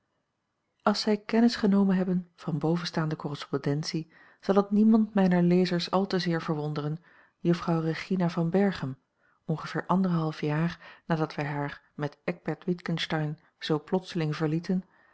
als zij kennis genomen hebben van bovenstaande correspondentie zal het niemand mijner lezers al te zeer verwonderen juffrouw regina van berchem ongeveer anderhalf jaar nadat wij haar met eckbert witgensteyn zoo plotseling verlieten